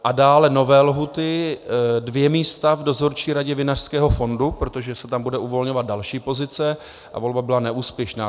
A dále nové lhůty dvě místa v Dozorčí radě Vinařského fondu, protože se tam bude uvolňovat další pozice a volba byla neúspěšná.